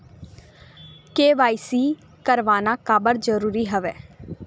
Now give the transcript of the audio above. KYC करवाना काबर जरूरी हवय?